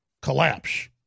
collapse